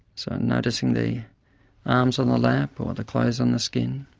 so noticing the arms on the lap, or the clothes on the skin